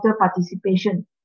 participation